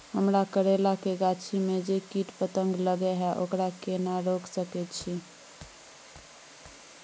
हमरा करैला के गाछी में जै कीट पतंग लगे हैं ओकरा केना रोक सके छी?